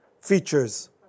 features